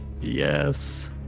Yes